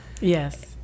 Yes